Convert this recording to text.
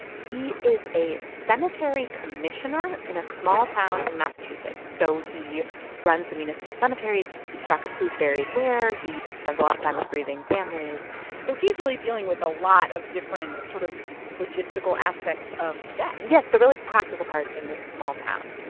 he is a cemetery commissioner. ok. in a small town in massachusetts. so he runs the municipal cemeteries. he keeps track of who's buried where. he spends a lot of time with grieving families so he's really dealing with a lot of different sort of logistical aspects of death yes, the really practical parts in this small town.